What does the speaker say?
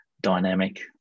dynamic